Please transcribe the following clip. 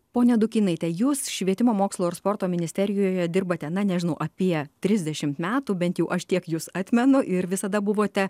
ponia dukynaite jūs švietimo mokslo ir sporto ministerijoje dirbate na nežinau apie trisdešimt metų bent jau aš tiek jus atmenu ir visada buvote